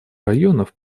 районов